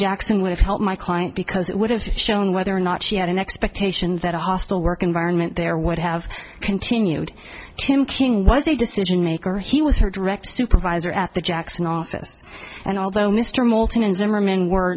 jackson would have helped my client because it would have shown whether or not she had an expectation that a hostile work environment there would have continued to king was a decision maker he was her direct supervisor at the jackson office and although mr moulton and zimmerman were